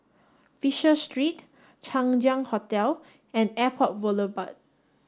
Fisher Street Chang Ziang Hotel and Airport Boulevard